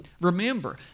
Remember